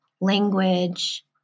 language